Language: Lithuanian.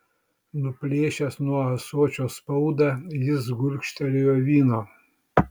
nuplėšęs nuo ąsočio spaudą jis gurkštelėjo vyno